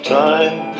time